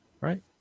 right